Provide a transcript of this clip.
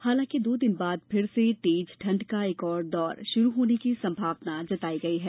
हालांकि दो दिन बाद फिर से तेज ठंड का एक और दौर शुरू होने की संभावना जताई गई है